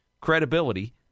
credibility